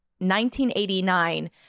1989